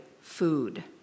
food